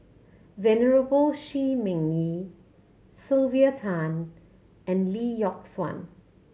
Venerable Shi Ming Yi Sylvia Tan and Lee Yock Suan